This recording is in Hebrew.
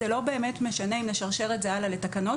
זה לא באמת משנה אם נשרשר את זה הלאה לתקנות,